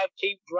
keep